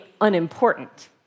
unimportant